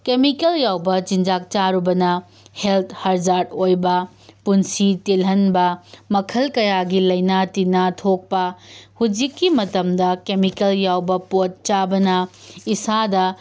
chemical ꯌꯥꯎꯕ ꯆꯤꯟꯖꯥꯛ ꯆꯥꯔꯨꯕꯅ ꯍꯦꯜꯠ ꯍꯖꯥꯔꯠ ꯑꯣꯏꯕ ꯄꯨꯟꯁꯤ ꯇꯦꯜꯍꯟꯕ ꯃꯈꯜ ꯀꯌꯥꯒꯤ ꯂꯥꯏꯅꯥ ꯇꯤꯟꯅ ꯊꯣꯛꯄ ꯍꯧꯖꯤꯛꯀꯤ ꯃꯇꯝꯗ ꯀꯦꯃꯤꯀꯦꯜ ꯌꯥꯎꯕ ꯄꯣꯠ ꯆꯥꯕꯅ ꯏꯁꯥꯗ